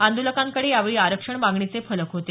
आंदोलकांकडे यावेळी आरक्षण मागणीचे फलक होते